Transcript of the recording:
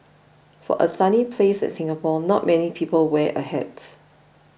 for a sunny place like Singapore not many people wear a hat